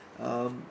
um